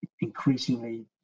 increasingly